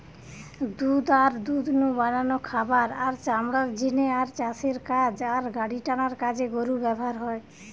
দুধ আর দুধ নু বানানো খাবার, আর চামড়ার জিনে আর চাষের কাজ আর গাড়িটানার কাজে গরু ব্যাভার হয়